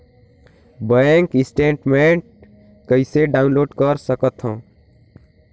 Bank statement कइसे download कर सकथव?